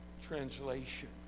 translation